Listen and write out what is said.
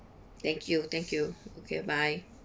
thank you thank you okay bye